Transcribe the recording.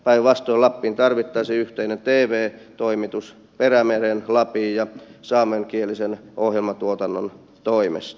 päinvastoin lappiin tarvittaisiin yhteinen tv toimitus perämeren lapin ja saamenkielisen ohjelmatuotannon toimesta